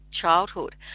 childhood